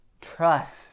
trust